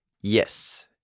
Yes